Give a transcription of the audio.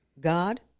God